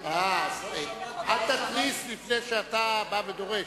אה, אל תתריס לפני שאתה בא ודורש.